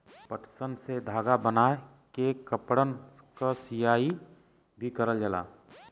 पटसन से धागा बनाय के कपड़न क सियाई भी करल जाला